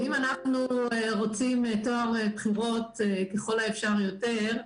ואם אנחנו רוצים טוהר בחירות ככל האפשר יותר,